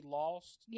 lost